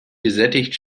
gesättigt